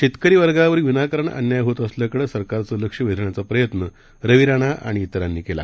शेतकरीवर्गावरविनाकारणअन्यायहोतअसल्याकडेसरकारचेलक्षवेधण्याचाप्रयत्नरवीराणाआणि त्वरांनीकेला